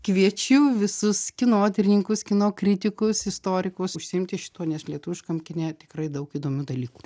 kviečiu visus kinotyrininkus kino kritikus istorikus užsiimti šituo nes lietuviškam kine tikrai daug įdomių dalykų